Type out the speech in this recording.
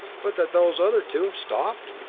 but that those other two have stopped?